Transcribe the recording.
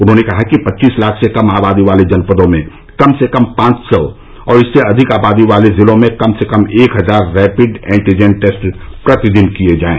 उन्होंने कहा कि पच्चीस लाख से कम आबादी वाले जनपदों में कम से कम पांच सौ और इससे अधिक आबादी वाले जिलों में कम से कम एक हजार रैपिड एंटीजन टेस्ट प्रतिदिन किए जाएं